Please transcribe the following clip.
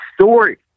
story